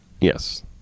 yes